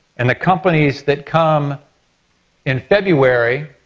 and the companies that come in february